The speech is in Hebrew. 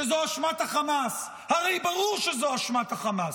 שזאת אשמת החמאס, הרי ברור שזאת אשמת החמאס.